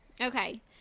Okay